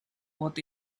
what